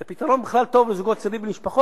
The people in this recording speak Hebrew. זה פתרון טוב בכלל לזוגות צעירים ולמשפחות